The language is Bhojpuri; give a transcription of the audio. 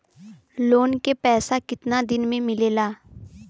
लोन के पैसा कितना दिन मे मिलेला?